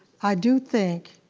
i do think.